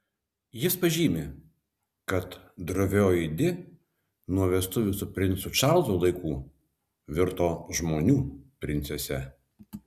jis pažymi kad drovioji di nuo vestuvių su princu čarlzu laikų virto žmonių princese